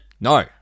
No